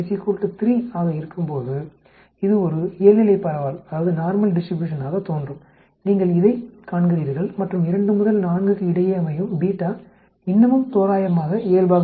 3 ஆக இருக்கும்போது இது ஒரு இயல்நிலைப் பரவலாகத் தோன்றும் நீங்கள் இதைக் காண்கிறீர்கள் மற்றும் 2 முதல் 4 க்கு இடையே அமையும் இன்னமும் தோராயமாக இயல்பாக உள்ளது